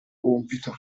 compito